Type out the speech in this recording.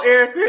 Eric